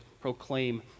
proclaim